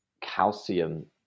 calcium